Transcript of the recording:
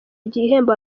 igihembo